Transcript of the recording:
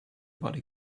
body